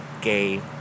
gay